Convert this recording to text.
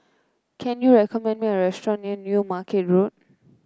can you recommend me a restaurant near New Market Road